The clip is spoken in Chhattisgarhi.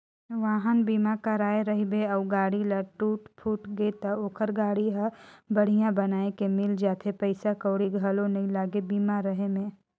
वाहन बीमा कराए रहिबे अउ गाड़ी ल टूट फूट गे त ओखर गाड़ी हर बड़िहा बनाये के मिल जाथे पइसा कउड़ी घलो नइ लागे बीमा रहें में